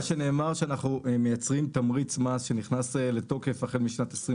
מה שנאמר שאנחנו מייצרים תמריץ מס שנכנס לתוקף החל משנת 2021